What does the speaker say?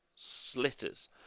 Slitters